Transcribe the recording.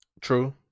True